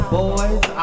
boys